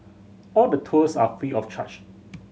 all the tours are free of charge